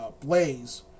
Blaze